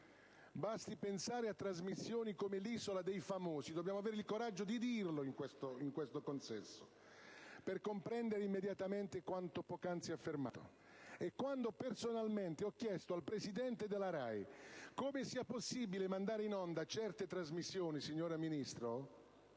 Basti pensare a trasmissioni come «L'isola dei famosi» - dobbiamo avere il coraggio di affermarlo in questa sede - per comprendere immediatamente quanto poc'anzi affermato. Signora Ministro, quando ho personalmente chiesto al presidente della RAI come sia possibile mandare in onda certe trasmissioni, mi sono sentito